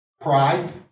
Pride